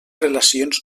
relacions